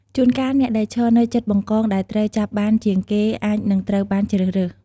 ជួនកាល អ្នកដែលឈរនៅជិតបង្កងដែលត្រូវចាប់បានជាងគេអាចនឹងត្រូវបានជ្រើសរើស។